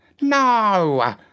No